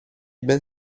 ben